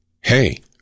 Hey